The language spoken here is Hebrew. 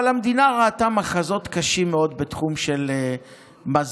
אבל המדינה ראתה מחזות קשים מאוד בתחום של מזון,